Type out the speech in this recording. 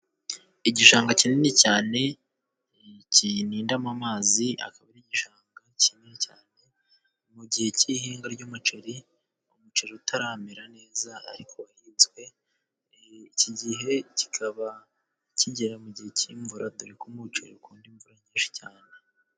Igishanga kinini cyane kinindamo amazi ,akaba ari igishanga kinini cyane mu gihe cy'ihinga ry'umuceri umuceri utaramera neza ariko uhinzwe . Iki gihe kikaba kigera mu gihe cy'imvura dore ko umuceri ukunda imvura nyinshi cyane.